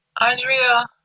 Andrea